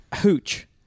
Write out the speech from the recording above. Hooch